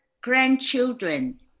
grandchildren